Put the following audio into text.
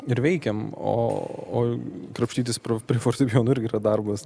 ir veikiam o o krapštytis prie fortepijono irgi yra darbas